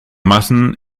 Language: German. massen